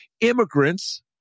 immigrants